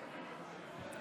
אם